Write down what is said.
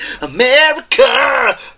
America